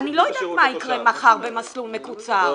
אני לא יודעת מה יקרה מחר במסלול מקוצר.